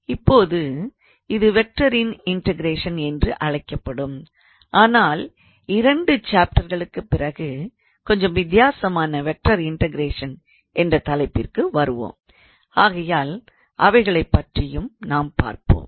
இப்போது இது வெக்டாரின் இன்டகரேஷன் என்று அழைக்கப்படும் ஆனால் இரண்டு சாப்டெர்களுக்கு பிறகு கொஞ்சம் வித்தியாசமான வெக்டார் இன்டகரேஷன் என்ற தலைப்பிற்கு வருவோம் ஆகையால் அவைகளைப் பற்றியும் நாம் படிப்போம்